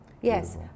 Yes